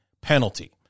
penalty